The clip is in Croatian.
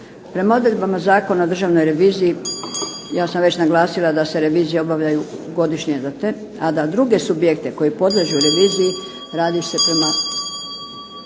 Prema odredbama Zakona o državnoj reviziji ja sam već naglasila da se revizije obavljaju godišnje za te a da druge subjekte koji podliježu reviziji radi se prema